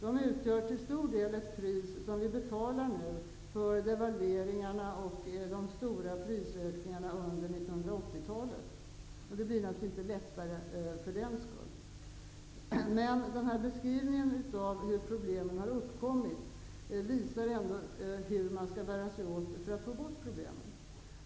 De utgör till stor del ett pris som vi nu betalar för devalveringarna och de stora prisökningarna under 1980-talet. De blir naturligtvis inte lättare att bära för den sakens skull. Men den här beskrivningen av hur problemen har uppkommit visar ändå hur man skall bära sig åt för få bort problemen.